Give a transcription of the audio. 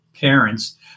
parents